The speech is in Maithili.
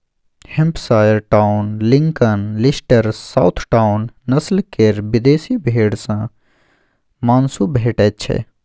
Hampshire town, Lincoln, Leicester, south town, नस्ल केर विदेशी भेंड़ सँ माँसु भेटैत छै